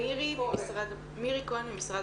מירי כהן ממשרד